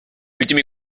ultimi